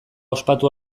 ospatu